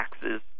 taxes